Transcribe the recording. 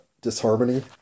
disharmony